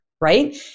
right